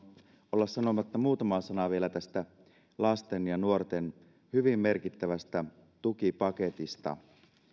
olla sanomatta vielä muutamaa sanaa tästä lasten ja nuorten hyvin merkittävästä tukipaketista